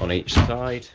on each side